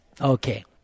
Okay